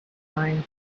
signs